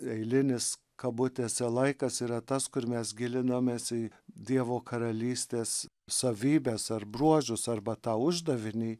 eilinis kabutėse laikas yra tas kur mes gilinomės į dievo karalystės savybes ar bruožus arba tą uždavinį